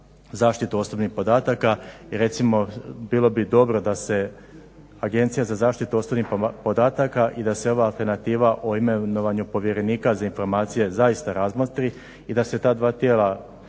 zaštitu osobnih podataka, je recimo, bilo bi dobro da se Agencija za zaštitu osobnih podataka i da se ova alternativa o imenovanju povjerenika za informacije zaista razmotri i da se ta dva tijela